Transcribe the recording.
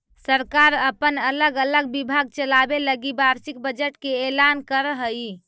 सरकार अपन अलग अलग विभाग चलावे लगी वार्षिक बजट के ऐलान करऽ हई